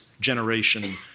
generation